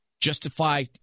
Justify